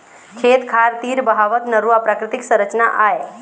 खेत खार तीर बहावत नरूवा प्राकृतिक संरचना आय